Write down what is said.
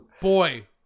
Boy